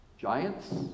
giants